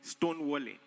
Stonewalling